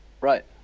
Right